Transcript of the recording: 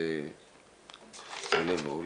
זה עולה ועולה,